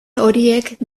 horiek